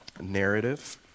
narrative